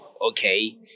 okay